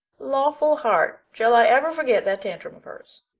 lawful heart, shall i ever forget that tantrum of hers!